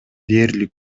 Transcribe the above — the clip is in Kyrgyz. дээрлик